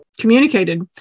communicated